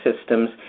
systems